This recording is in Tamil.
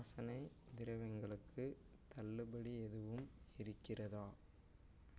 வாசனை திரவியங்களுக்கு தள்ளுபடி எதுவும் இருக்கிறதா